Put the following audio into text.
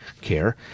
care